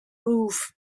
roof